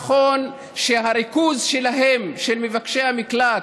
נכון שהריכוז שלהם, של מבקשי המקלט,